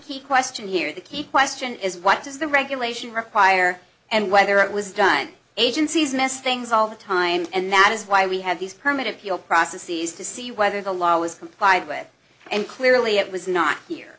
key question here the key question is what does the regulation require and whether it was done agencies missed things all the time and that is why we have these permit appeal processes to see whether the law was complied with and clearly it was not here